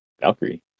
Valkyrie